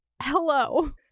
Hello